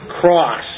cross